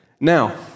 Now